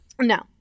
No